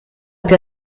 più